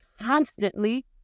constantly